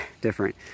different